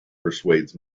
persuades